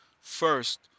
first